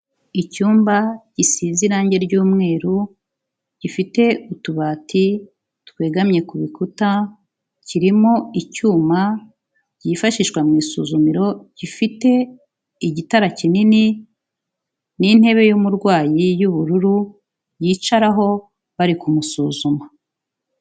Icyumba gisize irangi ry'umweru, gifite utubati twegamye ku bikuta, kirimo icyuma byifashishwa mu isuzumiro gifite igitara kinini n'intebe y'umurwayi y'ubururu yicaraho bari kumusuzuma.